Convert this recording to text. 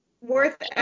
Worth